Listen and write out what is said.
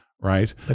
right